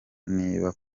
niba